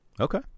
Okay